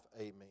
amen